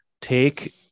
take